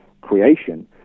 creation